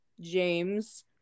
James